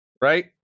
right